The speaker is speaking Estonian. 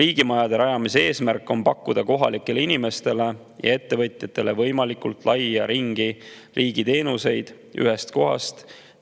Riigimajade rajamise eesmärk on pakkuda kohalikele inimestele ja ettevõtjatele võimalikult laia ringi riigi teenuseid ühes kohas